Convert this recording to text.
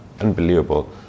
unbelievable